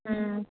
हम्म